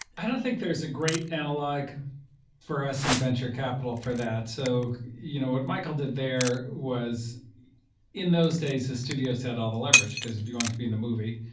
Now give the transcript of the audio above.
i don't think there's a great analog for us and venture capital for that. so you know what michael did there was in those days the studios had all the leverage, because if you're going to be in a movie,